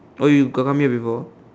oh you got come here before